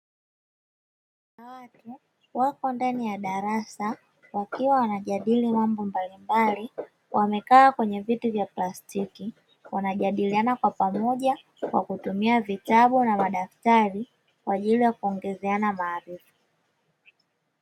Kuna watu wako ndani ya darasa kujadili mambo mbalimbali wamekaa kwenye viti vya plastiki wanajadiliana kwa pamoja, kwa kutumia vitabu na madaftari kwa ajili ya kuongezeana maarifa.